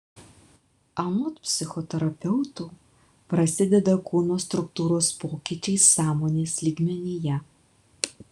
anot psichoterapeutų prasideda kūno struktūros pokyčiai sąmonės lygmenyje